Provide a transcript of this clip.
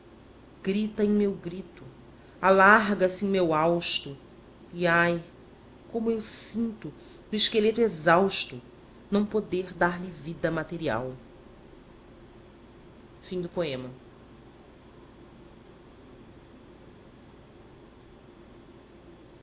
grita em meu grito alarga se em meu hausto e ai como eu sinto no esqueleto exausto não poder dar-lhe vida material cedo à